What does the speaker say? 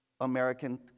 American